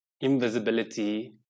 invisibility